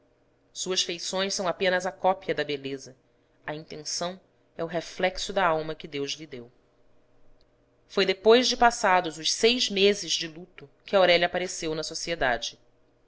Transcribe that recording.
suas feições são apenas a cópia da beleza a intenção é o reflexo da alma que deus lhe deu foi depois de passados os seis meses de luto que aurélia apareceu na sociedade